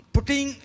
putting